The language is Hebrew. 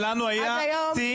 הדעות שלנו בעניין הזה ברורות.